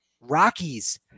Rockies